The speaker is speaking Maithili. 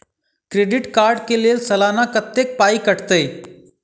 क्रेडिट कार्ड कऽ लेल सलाना कत्तेक पाई कटतै?